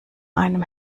einem